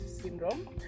syndrome